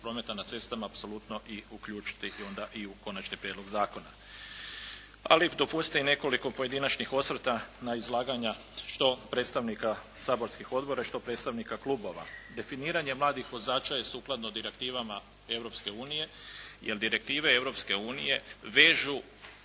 prometa na cestama apsolutno i uključiti onda u konačni prijedlog zakona. Ali dopustite i nekoliko pojedinačnih osvrta na izlaganja što predstavnika saborskih odbora, što predstavnika klubova. Definiranje mladih vozača je sukladno direktivama Europske unije